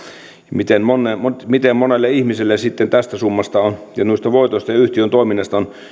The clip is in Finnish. miten monelle ihmiselle sitten tästä summasta ja noista voitoista ja yhtiöiden toiminnasta